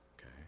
Okay